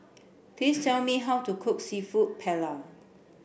please tell me how to cook Seafood Paella